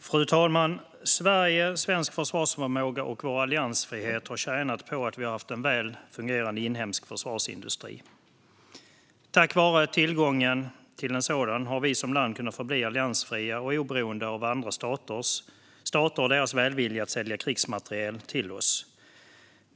Fru talman! Sverige, svensk försvarsförmåga och svensk alliansfrihet har tjänat på att vi haft en väl fungerande inhemsk försvarsindustri. Tack vare tillgången till en sådan har vi som land kunnat förbli alliansfria och oberoende av andra stater och deras välvilja att sälja krigsmateriel till oss.